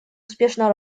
успешно